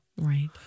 Right